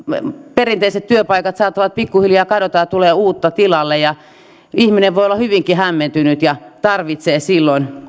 perinteiset työpaikat saattavat pikkuhiljaa kadota ja tulee uutta tilalle ihminen voi olla hyvinkin hämmentynyt ja tarvitsee silloin